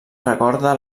recorda